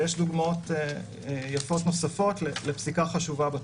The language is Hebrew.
ויש דוגמאות יפות נוספות לפסיקה חשובה בתחום.